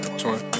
twenty